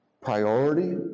priority